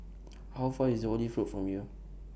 How Far IS Olive Road from here